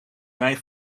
mijn